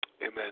amen